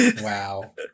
Wow